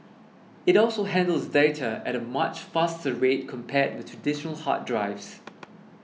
it also handles data at a much faster rate compared with traditional hard drives